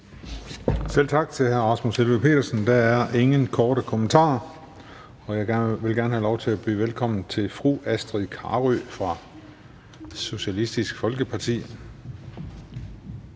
Selv tak til hr. Rasmus Helveg Petersen. Der er ingen korte bemærkninger. Og jeg vil gerne have lov til at byde velkommen til fru Astrid Carøe fra Socialistisk Folkeparti,